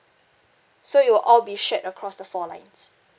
so it will all be shared across the four lines